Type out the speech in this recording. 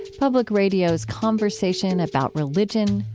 public radio's conversation about religion,